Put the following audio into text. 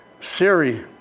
Siri